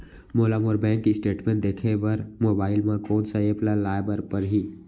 मोला मोर bank statement देखे बर मोबाइल मा कोन सा एप ला लाए बर परही?